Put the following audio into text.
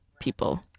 people